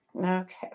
okay